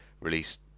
released